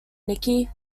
nikki